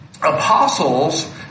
Apostles